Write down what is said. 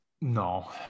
no